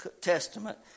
Testament